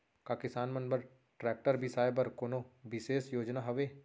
का किसान मन बर ट्रैक्टर बिसाय बर कोनो बिशेष योजना हवे?